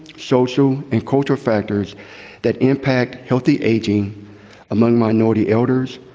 social, and cultural factors that impact healthy aging among minority elders,